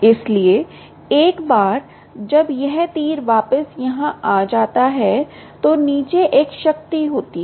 इसलिए एक बार जब यह तीर वापस यहां आ जाता है तो नीचे एक शक्ति होती है